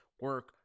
Work